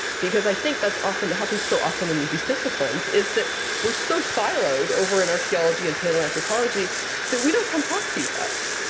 because i think that's often it happens so often in these disciplines is that we're so siloed over in archeology and paleoanthropology that we don't come talk to you guys.